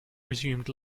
resumed